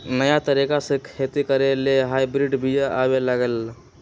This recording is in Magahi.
नयाँ तरिका से खेती करे लेल हाइब्रिड बिया आबे लागल